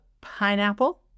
pineapple